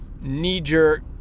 knee-jerk